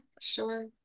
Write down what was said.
Sure